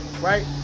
Right